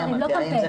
אני אמרתי את זה.